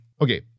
okay